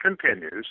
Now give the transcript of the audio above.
continues